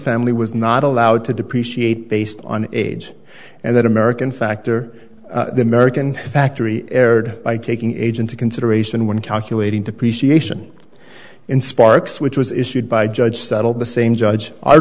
family was not allowed to depreciate based on age and that american factor the american factory erred by taking age into consideration when calculating depreciation in sparks which was issued by judge settled the same judge our